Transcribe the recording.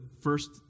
first